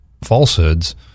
falsehoods